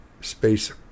space